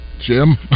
Jim